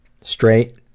straight